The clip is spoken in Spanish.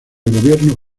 gobierno